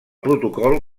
protocol